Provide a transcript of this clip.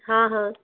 हाँ हाँ